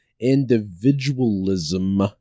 individualism